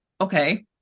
okay